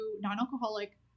non-alcoholic